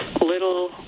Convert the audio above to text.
little